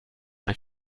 ein